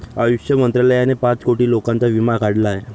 आयुष मंत्रालयाने पाच कोटी लोकांचा विमा काढला आहे